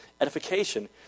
edification